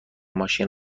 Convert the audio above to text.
ماشین